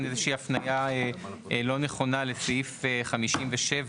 איזו שהיא הפניה לא נכונה לסעיף 57,